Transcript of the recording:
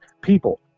People